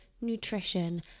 nutrition